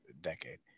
decade